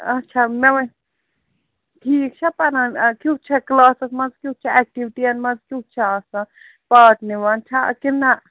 آچھا مےٚ وَ ٹھیٖک چھےٚ پران کیُتھ چھےٚ کٕلاسَس منٛز کیُتھ چھےٚ اٮ۪کٹِوِٹِیَن منٛز کیُتھ چھےٚ آسَان پاٹ نِوان چھےٚ کِن نَہ